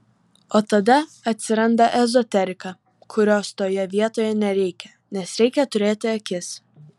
o tada atsiranda ezoterika kurios toje vietoje nereikia nes reikia turėti akis